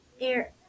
air